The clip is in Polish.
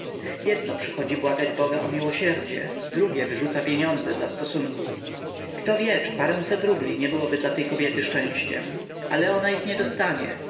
jedno przychodzi błagać boga o miłosierdzie drugie wyrzuca pieniądze dla stosunków kto wie czy paręset rubli nie byłoby dla tej kobiety szczęściem ale ona ich nie dostanie